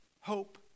hope